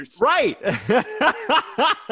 Right